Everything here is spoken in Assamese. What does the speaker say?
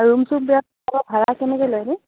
ৰুম চুমবিলাকৰ ভাড়া কেনেকৈ লয় ইনেই